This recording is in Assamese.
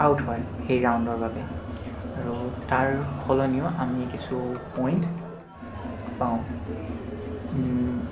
আউট হয় সেই ৰাউণ্ডৰ বাবে আৰু তাৰ সলনিও আমি কিছু পইণ্ট পাওঁ